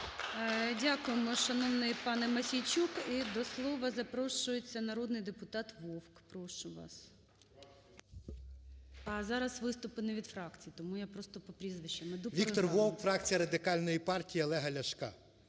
Дякуємо, шановний пане Мосійчук. І до слова запрошується народний депутат Вовк. Прошу вас. Зараз виступи не від фракцій, тому я просто по прізвищам іду… 13:33:28 ВОВК В.І. Віктор Вовк, фракція Радикальної партії Олега Ляшка.